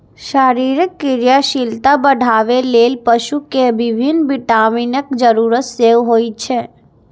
शरीरक क्रियाशीलता बढ़ाबै लेल पशु कें विभिन्न विटामिनक जरूरत सेहो होइ छै